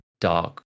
dark